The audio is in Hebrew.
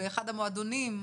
באחד המועדונים,